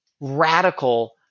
radical